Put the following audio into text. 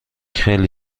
خیلی